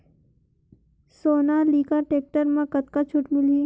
Sonalika tractor म कतका छूट मिलही?